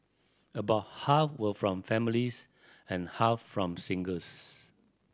about half were from families and half from singles